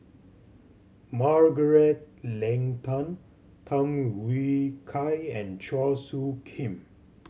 Margaret Leng Tan Tham Yui Kai and Chua Soo Khim